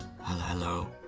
hello